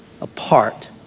apart